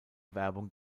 werbung